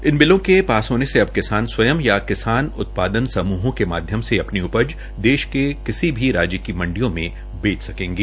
इन बिलों के पास होने से अब किसान स्वय या किसान उत्पादन समूहों के माध्यम से अपनी उपज देश के किसी भी राज्य की मंडियों में बेच सकेंगे